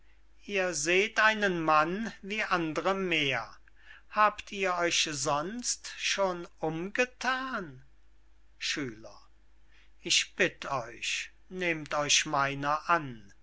ihr seht einen mann wie andre mehr habt ihr euch sonst schon umgethan schüler ich bitt euch nehmt euch meiner an